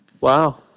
wow